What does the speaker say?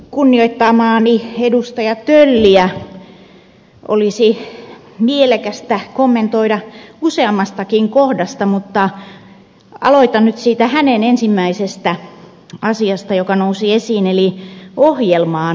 kunnioittamaani edustaja tölliä olisi mielekästä kommentoida useammastakin kohdasta mutta aloitan nyt siitä hänen ensimmäisestä asiastaan joka nousi esiin eli ohjelmaan palaamisesta